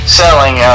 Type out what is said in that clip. selling